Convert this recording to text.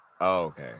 okay